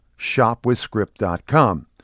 shopwithscript.com